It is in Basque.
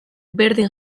berdin